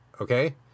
okay